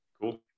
cool